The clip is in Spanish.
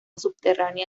subterránea